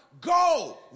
go